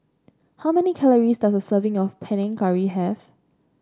how many calories does a serving of Panang Curry have